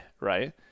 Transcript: right